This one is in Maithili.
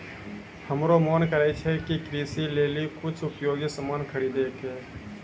हमरो मोन करै छै कि कृषि लेली कुछ उपयोगी सामान खरीदै कै